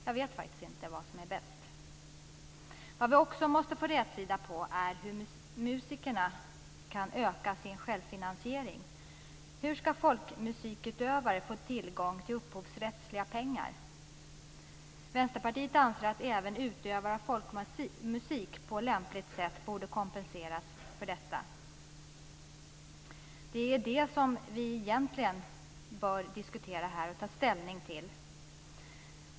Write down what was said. Jag vet faktiskt inte vad som är bäst. Vi måste också få rätsida på hur musikerna kan öka sin självfinansiering. Hur skall folkmusikutövare få tillgång till upphovsrättsliga pengar? Vänsterpartiet anser att även utövare av folkmusik på lämpligt sätt borde kompenseras för detta. Det är det som vi egentligen bör diskutera och ta ställning till.